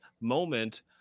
moment